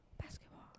Basketball